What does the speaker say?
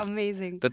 Amazing